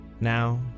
Now